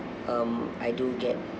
um I do get